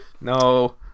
No